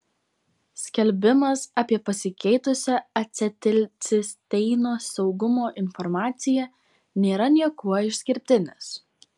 skelbimas apie pasikeitusią acetilcisteino saugumo informaciją nėra niekuo išskirtinis